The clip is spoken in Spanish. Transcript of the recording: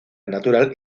natural